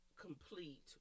Complete